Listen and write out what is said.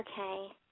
Okay